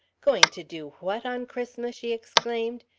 going to do what on christmas? she exclaimed.